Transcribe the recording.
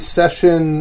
session